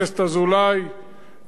ולכל העוסקים במלאכה.